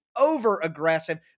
over-aggressive